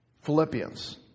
Philippians